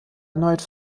erneut